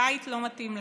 הבית לא מתאים להם.